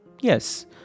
Yes